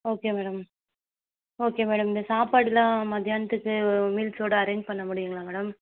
okay madam okay madam இந்த சாப்பாடுலாம் மதியான்த்துக்கு மீல்ஸோட அரேஞ்ச் பண்ண முடியுங்களா மேடம்